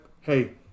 hey